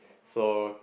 so